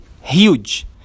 huge